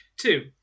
Two